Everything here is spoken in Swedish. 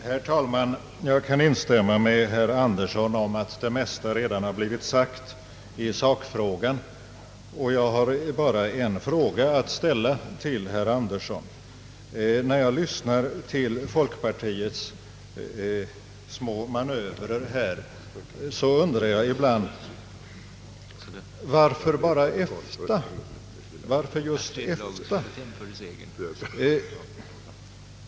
Herr talman! Jag kan instämma med herr Andersson om att det mesta redan tidigare har blivit sagt i sakfrågan. Jag har bara en fråga att ställa till herr Andersson. När jag lyssnar till folkpartiets små manövrer undrar jag ibland: Varför bara EFTA? Varför just EFTA?